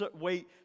wait